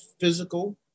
physical